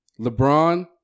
LeBron